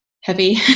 heavy